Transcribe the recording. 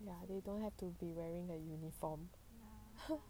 ya they don't have to be wearing a uniform